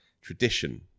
tradition